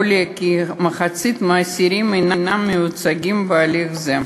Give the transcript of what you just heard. עולה כי כמחצית מהאסירים אינם מיוצגים בהליך זה,